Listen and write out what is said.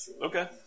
Okay